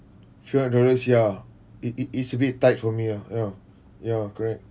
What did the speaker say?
sure sia it it is a bit tight for me ah ya ya correct